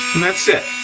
and that's it.